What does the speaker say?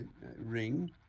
ring